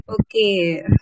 okay